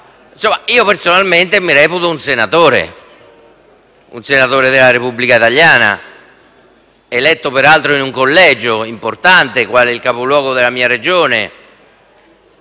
approvato». Personalmente mi reputo un senatore, un senatore della Repubblica italiana, eletto peraltro in un collegio importante, qual è il capoluogo della mia Regione;